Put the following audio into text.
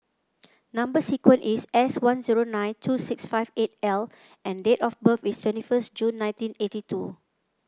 number sequence is S one zero nine two six five eight L and date of birth is twenty first June nineteen eighty two